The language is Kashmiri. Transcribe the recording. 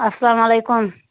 السلام علیکُم